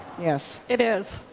yes. it is.